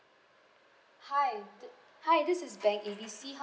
hi th~ hi this is bank A B C how may